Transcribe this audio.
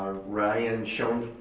ryan shofell,